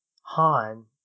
Han